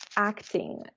acting